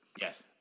Yes